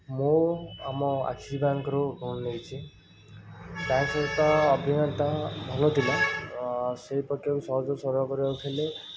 ମୁଁ ଆମ ଆକ୍ସିସ୍ ବ୍ୟାଙ୍କରୁ ଲୋନ୍ ନେଇଛି ତା' ସହିତ ଅଭିଜ୍ଞତା ଭଲ ଥିଲା ସେପଟରୁ ସହଜ ସରଳ କରି ଉଠେଇଲି